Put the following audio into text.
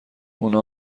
اونا